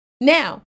Now